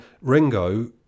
Ringo